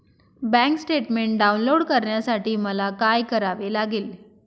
Bank statement download करण्यासाठी मला काय करावे लागेल?